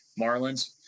marlins